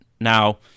Now